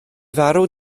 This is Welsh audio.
farw